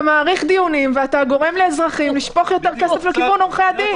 אתה מאריך דיונים ואתה גורם לאזרחים לשפוך את הכסף לעורכי הדין.